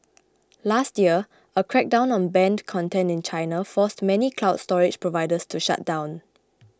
last year a crackdown on banned content in China forced many cloud storage providers to shut down